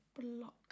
block